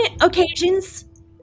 occasions